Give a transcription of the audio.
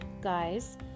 guys